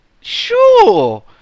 sure